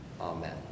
Amen